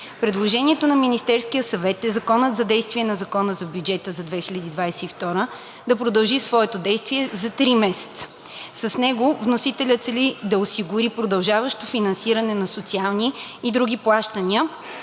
Предложението на Министерския съвет е Законът за действие на Закона за бюджета за 2022 г. да продължи своето действие за три месеца. С него вносителят цели да осигури продължаващо финансиране на социални и други плащания,